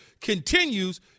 continues